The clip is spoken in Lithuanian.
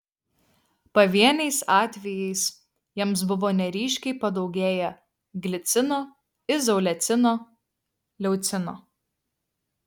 pavieniais atvejais jiems buvo neryškiai padaugėję glicino izoleucino leucino